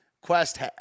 Quest